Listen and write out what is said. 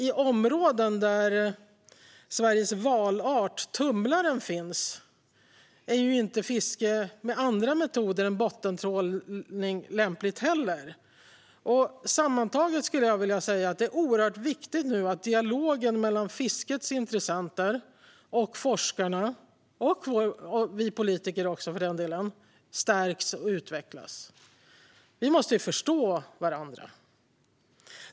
I områden där Sveriges valart tumlaren finns är inte heller fiske med andra metoder än bottentrålning lämpligt. Sammantaget är det oerhört viktigt att dialogen mellan fiskets intressenter, forskarna och oss politiker stärks och utvecklas. Vi måste ju förstå varandra.